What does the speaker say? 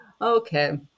Okay